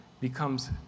becomes